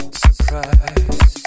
surprise